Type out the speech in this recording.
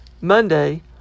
Monday